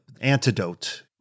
antidote